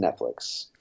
Netflix